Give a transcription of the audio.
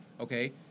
okay